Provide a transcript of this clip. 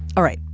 all right.